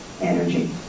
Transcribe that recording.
energy